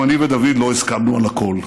גם אני ודוד לא הסכמנו על הכול,